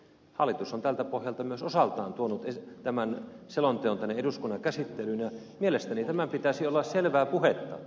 hallitus on tältä pohjalta myös osaltaan tuonut tämän selonteon tänne eduskunnan käsittelyyn ja mielestäni tämän pitäisi olla selvää puhetta